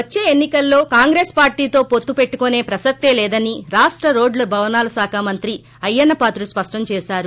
వచ్చే ఎన్నికల్లో కాంగ్రెస్ పార్టీతో పొత్తు పెట్టకునే ప్రసక్తే లేదని రాష్ట రోడ్లు భవనాల శాఖ మంత్రి అయ్యన్న పాత్రుడు స్పష్టం చేశారు